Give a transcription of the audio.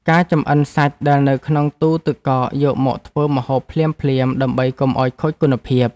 ការចម្អិនសាច់ដែលនៅក្នុងទូទឹកកកយកមកធ្វើម្ហូបភ្លាមៗ ដើម្បីកុំឱ្យខូចគុណភាព។